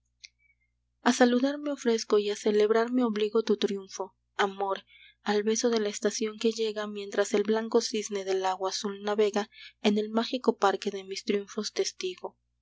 a saludar me ofrezco y a celebrar me obligo tu triunfo amor al beso de la estación que llega mientras el blanco cisne del lago azul navega en el mágico parque de mis triunfos testigo